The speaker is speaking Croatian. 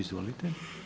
Izvolite.